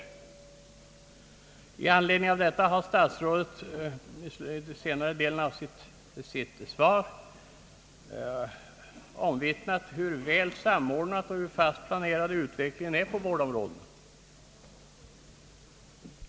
Med anledning av detta har statsrådet i senare delen av sitt svar omvittnat hur väl samordnad och fast planerad utvecklingen är på vårdområdena.